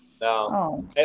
No